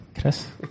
Chris